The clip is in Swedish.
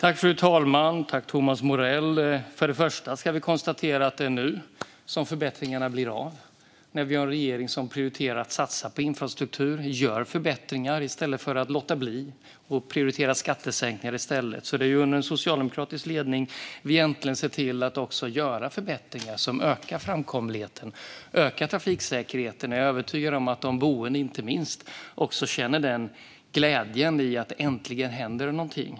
Herr talman! Först och främst kan vi konstatera att det är nu som förbättringarna blir av - nu när vi har en regering som prioriterar att satsa på infrastruktur och som gör förbättringar i stället för att låta bli och i stället prioritera skattesänkningar. Det är under socialdemokratisk ledning vi äntligen ser till att göra förbättringar som ökar framkomligheten och trafiksäkerheten. Jag är övertygad om att inte minst de boende också känner glädjen i att det äntligen händer någonting.